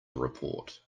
report